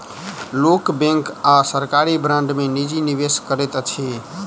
लोक बैंक आ सरकारी बांड में निजी निवेश करैत अछि